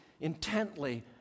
intently